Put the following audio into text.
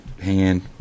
hand